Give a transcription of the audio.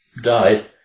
died